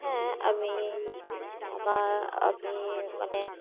হ্যাঁ আমি আমার আমি মানে